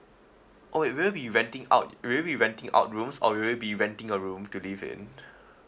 oh you will be renting out you'll be renting out rooms or you will be renting a room to live in